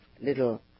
little